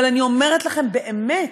אבל אני אומרת לכם, באמת,